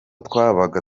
twabaga